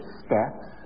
steps